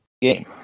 game